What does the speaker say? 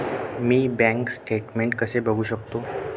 मी bank statement कसे बघू शकतो?